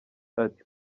ati